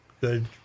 good